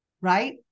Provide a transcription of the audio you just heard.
right